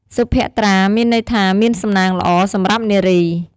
សុភ័ក្ត្រា មានន័យថាមានសំណាងល្អ សម្រាប់នារី។